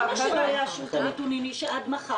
למה שלא יגישו את הנתונים עד מחר?